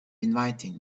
inviting